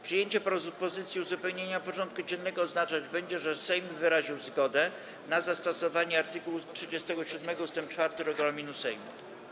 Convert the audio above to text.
Przyjęcie propozycji uzupełnienia porządku dziennego oznaczać będzie, że Sejm wyraził zgodę na zastosowanie art. 37 ust. 4 regulaminu Sejmu.